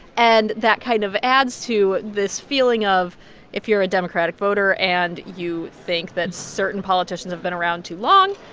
and that kind of adds to this feeling of if you're a democratic voter and you think that certain politicians have been around too long,